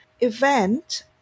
event